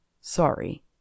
Sorry